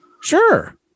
Sure